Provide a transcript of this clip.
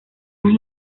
más